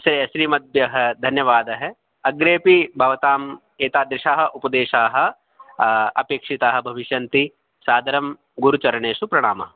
श्रीमद्भ्यः धन्यवादः अग्रेपि भवतां एतादृशाः उपदेशाः अपेक्षिताः भविष्यन्ति सादरं गुरुचरणेषु प्रणामाः